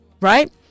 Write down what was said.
right